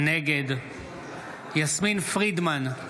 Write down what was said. נגד יסמין פרידמן,